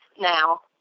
now